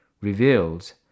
reveals